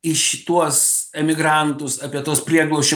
į šituos emigrantus apie tuos prieglobsčio